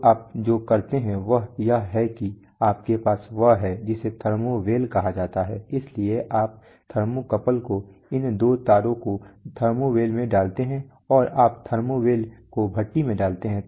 तो आप जो करते हैं वह यह है कि आपके पास वह है जिसे थर्मो वेल कहा जाता है इसलिए आप थर्मोकपल को उन दो तारों को थर्मो वेल में डालते हैं और आप थर्मो वेल को भट्टी में डालते हैं